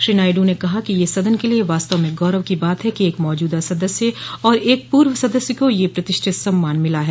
श्री नायडू ने कहा कि यह सदन के लिए वास्तव में गौरव की बात है कि एक मौजूदा सदस्य और एक पूर्व सदस्य को यह प्रतिष्ठित सम्मान मिला है